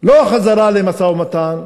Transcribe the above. לא חזרה למשא-ומתן,